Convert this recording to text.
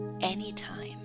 anytime